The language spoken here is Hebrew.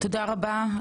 תודה רבה.